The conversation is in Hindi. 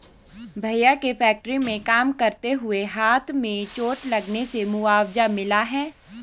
भैया के फैक्ट्री में काम करते हुए हाथ में चोट लगने से मुआवजा मिला हैं